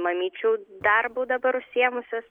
mamyčių darbu dabar užsiėmusios